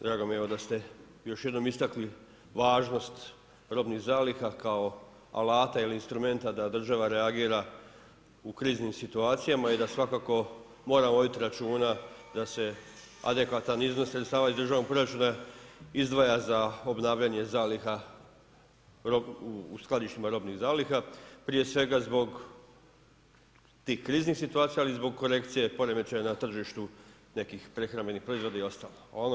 Drago mi je da ste još jednom istakli važnost robnih zaliha kao alata ili instrumenta da država reagira u kriznim situacijama i da svakako mora voditi računa da se adekvatan iznos sredstava iz državnog proračuna izdvaja za obnavljanje zaliha u skladištima robnih zaliha, prije svega zbog tih kriznih situacija, ali i zbog korekcije poremećaja na tržištu nekih prehrambenih proizvoda i ostalo.